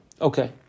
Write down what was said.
Okay